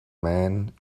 man